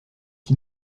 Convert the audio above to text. qui